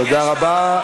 תודה רבה.